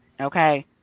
Okay